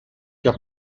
que